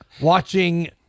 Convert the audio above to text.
watching